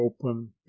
open